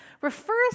refers